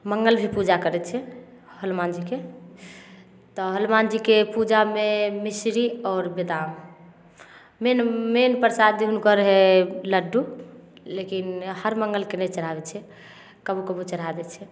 मङ्गल भी पूजा करय छियै हनुमान जीके तऽ हनुमान जीके पूजामे मिसरी आओर बदाम मेन मेन प्रसाद हुनकर हइ लड्डू लेकिन हर मङ्गलके नहि चढ़ाबय छियै कबो कबो चढ़ा दै छियै